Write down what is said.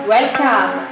Welcome